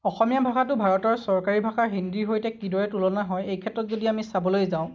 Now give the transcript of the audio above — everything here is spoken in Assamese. অসমীয়া ভাষাটো ভাৰতৰ চৰকাৰী ভাষা হিন্দীৰ সৈতে কিদৰে তুলনা হয় এই ক্ষেত্ৰত যদি আমি চাবলৈ যাওঁ